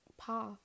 path